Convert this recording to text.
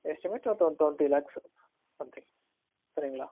estimate ஒரு twenty lakhs something சரிங்களா